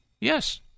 Yes